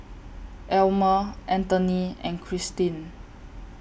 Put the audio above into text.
Elmer Anthony and Cristin